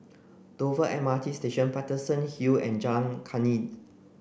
Dover M R T Station Paterson Hill and Jalan Kandis